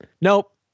nope